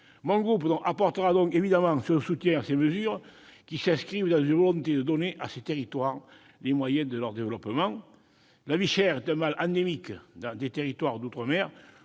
Mon groupe apportera évidemment son soutien à ces dispositions, qui relèvent d'une volonté de donner à ces territoires les moyens de leur développement. La vie chère est un mal endémique des territoires d'outre-mer,